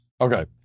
Okay